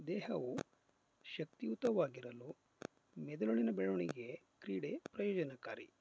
ದೇಹವು ಶಕ್ತಿಯುತವಾಗಿರಲು ಮೆದುಳಿನ ಬೆಳವಣಿಗೆ ಕ್ರೀಡೆ ಪ್ರಯೋಜನಕಾರಿ